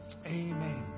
amen